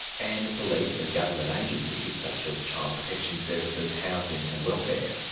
and police and government agencies such as child protection services, housing and welfare.